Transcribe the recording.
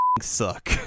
suck